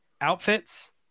outfits